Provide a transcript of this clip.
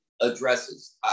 addresses